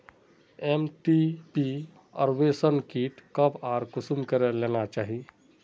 MTP abortion kit कब आर कुंसम करे लेना चही?